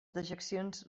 dejeccions